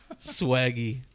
Swaggy